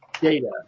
data